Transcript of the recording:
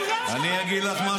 אני לא מקבלת את זה.